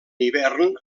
hivern